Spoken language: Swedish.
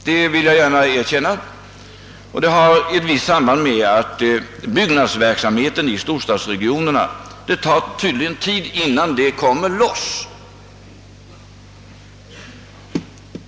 Detta har emellertid samband med att det tar tid innan byggnadsverksamheten i storstadsregionerna lossnar.